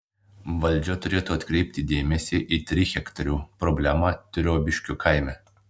valdžia turėtų atkreipti dėmesį į trihektarių problemą triobiškių kaime